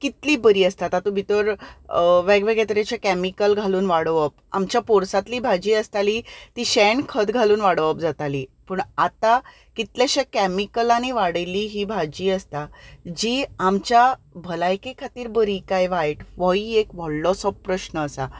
कितली बरी आसता तातूंत भितर वेग वेगळे तरेचे कॅमिकल घालून वाडोवप आमच्या पोरसांतली भाजी आसताली ती शेण खत घालून वाडोवप जाताली पूण आतां कितलेशे कॅमिकलांनी वाडयिल्ली ही भाजी आसता जी आमच्या भलायके खातीर बरी काय वायट होय एक व्हडलोसो प्रश्न आसा